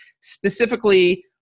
specifically